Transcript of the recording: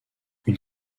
une